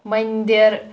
مٔندِر